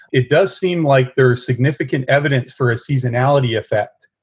it does seem like there's significant evidence for a seasonality effect,